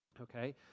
Okay